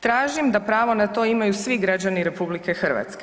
Tražim da pravo na to imaju svi građani RH.